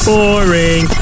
Boring